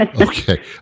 Okay